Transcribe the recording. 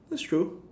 that's true